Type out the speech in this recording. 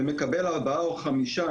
אבל מקבל ארבעה או חמישה